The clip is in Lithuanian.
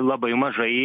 labai mažai